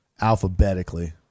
Alphabetically